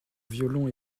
violon